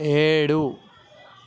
ఏడు